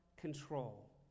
control